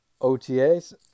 OTAs